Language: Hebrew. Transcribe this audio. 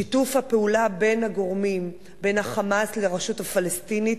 שיתוף הפעולה בין ה"חמאס" לרשות הפלסטינית